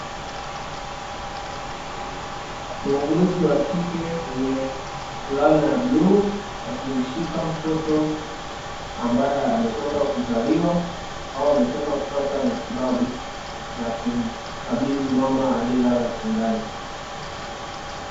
Muuguzi wa kike mwenye fulana ya bluu, akimshika mtoto ambaye ametoka kuzaliwa au ametoka kupata matibabu, na akimkabidhi mama aliyelala kitandani.